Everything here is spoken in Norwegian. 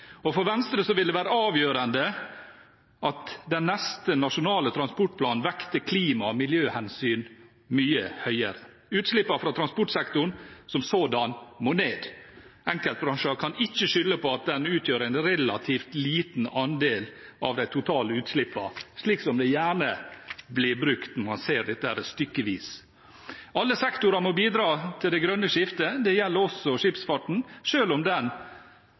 For Venstre vil det være avgjørende at den neste nasjonale transportplanen vekter klima- og miljøhensyn mye høyere. Utslippene fra transportsektoren som sådan må ned. Enkeltbransjer kan ikke skylde på at de utgjør en relativt liten andel av de totale utslippene, slik det gjerne brukes når man ser dette stykkevis. Alle sektorer må bidra til det grønne skiftet. Det gjelder også skipsfarten, selv om den